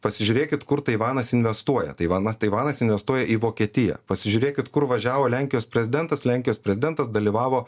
pasižiūrėkit kur taivanas investuoja taivanas taivanas investuoja į vokietiją pasižiūrėkit kur važiavo lenkijos prezidentas lenkijos prezidentas dalyvavo